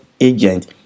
agent